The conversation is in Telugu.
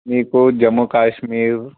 మీకు జమ్ము కాశ్మీర్